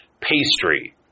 pastry